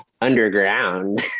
underground